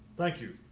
thank you.